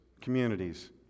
communities